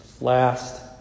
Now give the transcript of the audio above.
Last